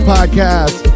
Podcast